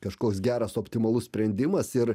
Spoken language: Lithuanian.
kažkoks geras optimalus sprendimas ir